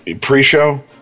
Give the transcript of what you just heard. pre-show